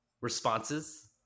responses